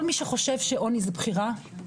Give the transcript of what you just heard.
כל מי שחושב שעוני זאת בחירה,